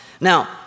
Now